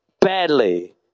badly